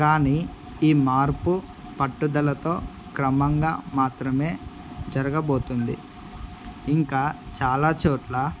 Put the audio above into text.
కానీ ఈ మార్పు పట్టుదలతో క్రమంగా మాత్రమే జరగబోతుంది ఇంకా చాలా చోట్ల